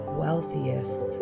wealthiest